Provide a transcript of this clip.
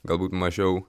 galbūt mažiau